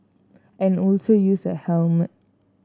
and also use a helmet